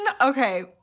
Okay